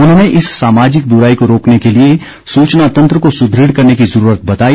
उन्होंने इस सामाजिक बुराई को रोकने के लिए सूचनातंत्र को सुदृढ़ करने की जरूरत बताई